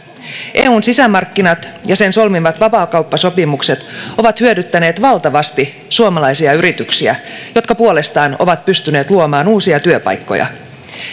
eun sisämarkkinat ja sen solmimat vapaakauppasopimukset ovat hyödyttäneet valtavasti suomalaisia yrityksiä jotka puolestaan ovat pystyneet luomaan uusia työpaikkoja